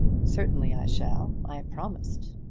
certainly i shall i promised.